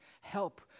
help